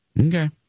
Okay